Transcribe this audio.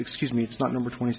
excuse me it's not number twenty